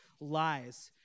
lies